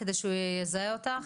כמו שהוועדה ראתה,